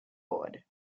board